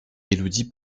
élodie